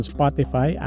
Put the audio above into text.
Spotify